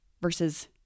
versus